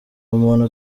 umuntu